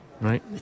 Right